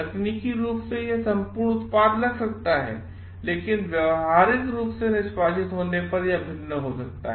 तकनीकी रूप से यह एक संपूर्ण उत्पाद लग सकता है लेकिनव्यवहारिक रूप सेनिष्पादित होने पर यह भिन्न हो सकता है